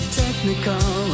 technical